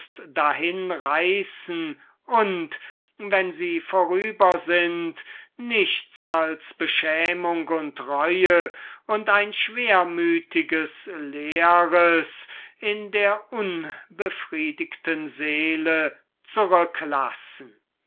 dahinreißen und wenn sie vorüber sind nichts als beschämung und reue und ein schwermütiges leeres im unbefriedigten geist zurücklassen